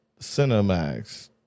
Cinemax